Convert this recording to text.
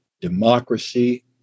democracy